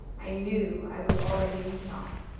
i knew i was already in shock,